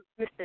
Mr